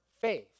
faith